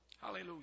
Hallelujah